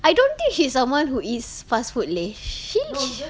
I don't think she's someone who eats fast food leh she s~